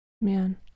man